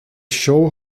show